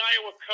Iowa